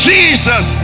Jesus